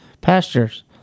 pastures